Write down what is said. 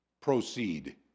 proceed